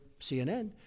CNN